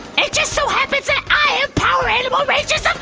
it just so happens i have power animal rangers